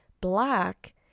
Black